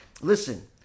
Listen